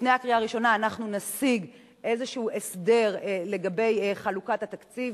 לפני הקריאה הראשונה נשיג איזה הסדר לגבי חלוקת התקציב